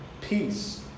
peace